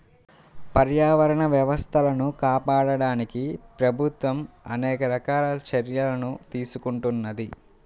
పర్యావరణ వ్యవస్థలను కాపాడడానికి ప్రభుత్వం అనేక రకాల చర్యలను తీసుకుంటున్నది